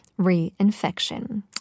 reinfection